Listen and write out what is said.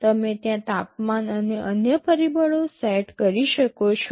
તમે ત્યાં તાપમાન અને અન્ય પરિબળો સેટ કરી શકો છો